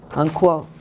unquote.